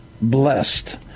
blessed